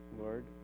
Lord